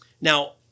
Now